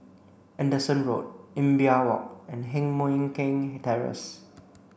Anderson Road Imbiah Walk and Heng Mui Keng Terrace